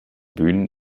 bühnen